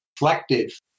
reflective